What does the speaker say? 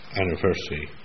anniversary